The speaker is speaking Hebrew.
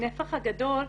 הנפח הגדול,